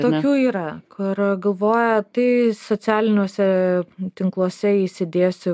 tokių yra kur galvoja tai socialiniuose tinkluose įsidėsiu